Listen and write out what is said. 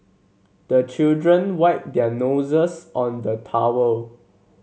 the children wipe their noses on the towel